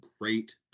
great